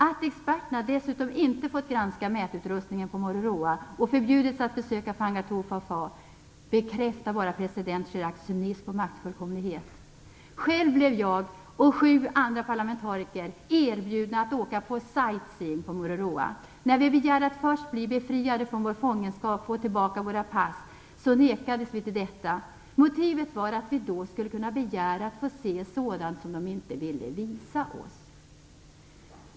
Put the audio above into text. Att experterna dessutom inte fått granska mätutrustningen på Mururoa och förbjudits att besöka Fangataufa och Faaa bekräftar bara president Chiracs cynism och maktfullkomlighet. Själv blev jag och sju andra parlamentariker erbjudna att åka på sightseeing på Mururoa. När vi begärde att först bli befriade från vår fångenskap och få tillbaka våra pass nekades vi detta. Motivet var att vi då skulle kunna begära att få se sådant som de inte ville visa oss.